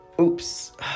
Oops